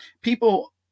people